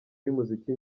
y’umuziki